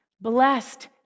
Blessed